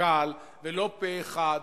קל ולא פה אחד,